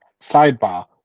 sidebar